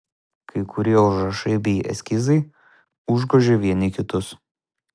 kai kurie užrašai bei eskizai užgožė vieni kitus